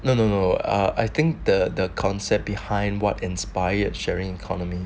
no no no ah I think the the concept behind what inspired sharing economy